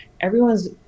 everyone's